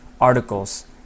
articles